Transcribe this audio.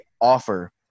offer